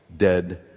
Dead